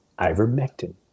ivermectin